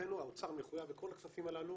מבחינתנו האוצר מחויב בכל הכספים הללו